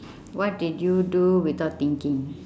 what did you do without thinking